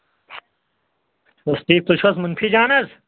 اچھا ٹھیٖک تُہۍ چھِو حظ مُنفی جان حظ